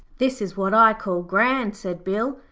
this is what i call grand said bill,